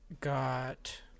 got